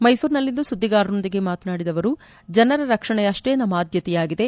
ಮೈಸೂರಿನಲ್ಲಿಂದು ಸುದ್ಬಿಗಾರರೊಂದಿಗೆ ಮಾತನಾಡಿದ ಅವರು ಜನರ ರಕ್ಷಣೆ ಅಷ್ಷೇ ನಮ್ಮ ಆದ್ದತೆಯಾಗಿದೆ